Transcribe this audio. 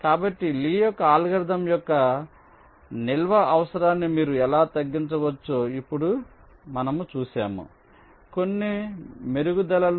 కాబట్టి లీ యొక్క అల్గోరిథం యొక్క నిల్వ అవసరాన్ని మీరు ఎలా తగ్గించవచ్చో ఇప్పుడు మేము చూశాము కొన్ని మెరుగుదలలు